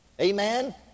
Amen